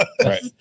Right